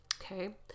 Okay